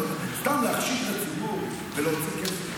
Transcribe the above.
סתם להכשיל את הציבור ולהוציא כסף.